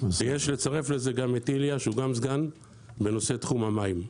ויש לצרף לזה גם את אליה שהוא גם סגן בנושא תחום המים.